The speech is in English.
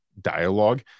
dialogue